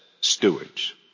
stewards